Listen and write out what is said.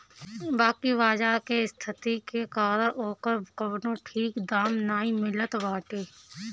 बाकी बाजार के स्थिति के कारण ओकर कवनो ठीक दाम नाइ मिलत बाटे